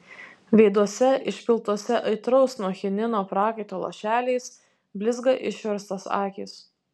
veiduose išpiltuose aitraus nuo chinino prakaito lašeliais blizga išverstos akys